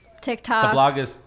TikTok